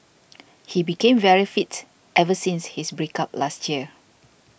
he became very fit ever since his break up last year